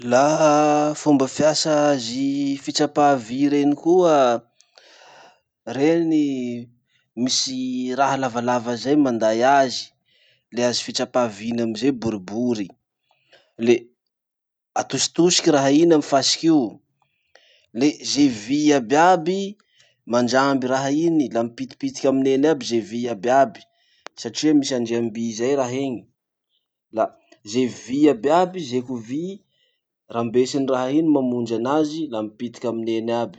Laha fomba fiasa azy fitsapà vy reny koa. Reny misy raha lavalava zay manday azy, le azy fitsapà vy iny amizay boribory. Le atositosiky raha iny amy fasiky io. Le ze vy iaby iaby mandramby raha iny, la mipitipitiky aminy eny aby ze vy iaby iaby satria misy andriamby zay raha iny. La ze vy iaby iaby, zeko vy, rambesin'ny raha iny mamonjy anazy la mipitiky aminy eny aby.